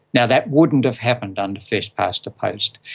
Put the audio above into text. now, that wouldn't have happened under first-past-the-post.